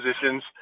positions